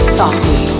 softly